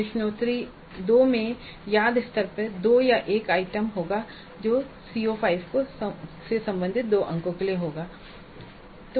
प्रश्नोत्तरी 2 में याद स्तर पर 2 या 1 आइटम होगा जो CO5 से संबंधित 2 अंकों के लिए होगा